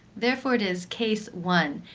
therefore it is case one,